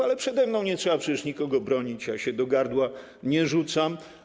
Ale przede mną nie trzeba przecież nikogo bronić, ja się do gardła nie rzucam.